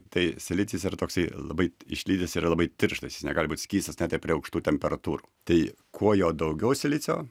tai silicis yra toksai labai išlydęs yra labai tirštas jis negali būt skystas net ir prie aukštų temperatūrų tai kuo jo daugiau silicio